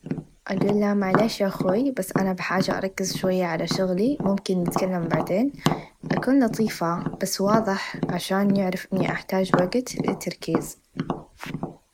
أقله معلش أخوي بس أنا بحاچه أركز شو على شغلي ممكن نتكلم بعدين أكون لطيفه بس واظح عشان يعرفني أحتاچ وقت للتركيز.